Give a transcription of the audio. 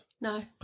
No